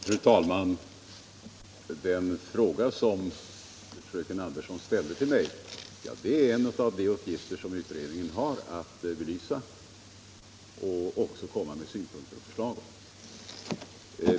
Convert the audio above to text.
Fru talman! Den fråga som fröken Andersson tog upp är en av dem som utredningen har att belysa och också att komma med synpunkter och förslag i.